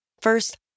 First